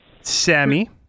Sammy